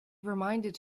reminded